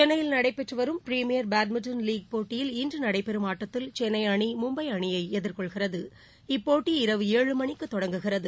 சென்னையில் நடைபெற்று வரும் பிரிமீயர் பேட்மிண்டன் லீக் போட்டியில் இன்று நடைபெறும் ஆட்டத்தில் சென்னை அணி மும்பை அணியை எதிர்கொள்கிறது இப்போட்டி இரவு ஏழு மணிக்கு தொடங்குகிறது